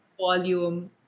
volume